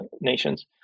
nations